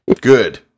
Good